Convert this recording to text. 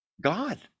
God